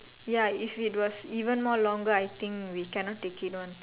ya if it was even more longer I think we cannot take it one